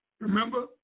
Remember